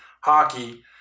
hockey